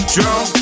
Drunk